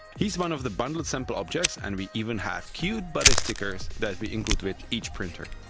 he's one of the bundled sample objects and we even have cute buddy stickers that we include with each printer!